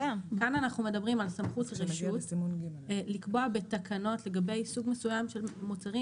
כאן אנחנו מדברים על סמכות רשות לקבוע בתקנות לגבי סוג מסוים של מוצרים,